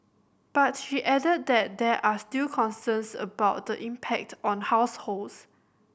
but she added that there are still concerns about the impact on households